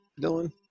Dylan